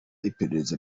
iperereza